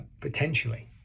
potentially